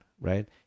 right